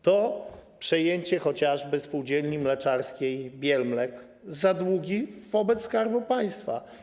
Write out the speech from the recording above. To przejęcie chociażby Spółdzielni Mleczarskiej Bielmlek za długi wobec Skarbu Państwa.